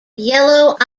yellow